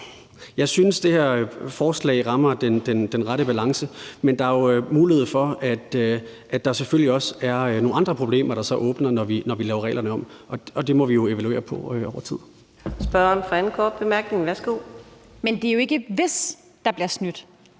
jeg synes, at det her forslag rammer den rette balance, men der er mulighed for, at der selvfølgelig også er nogle andre problemer, der så åbnes for, når vi laver reglerne om, og det må vi jo evaluere på over tid. Kl. 13:42 Fjerde næstformand